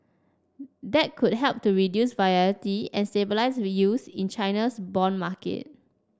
that could help to reduce volatility and stabilise yields in China's bond market